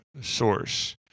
source